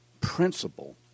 principle